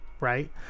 Right